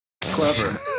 Clever